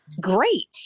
great